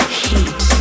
heat